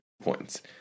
points